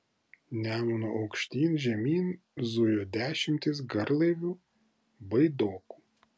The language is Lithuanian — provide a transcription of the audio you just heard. nemunu aukštyn žemyn zujo dešimtys garlaivių baidokų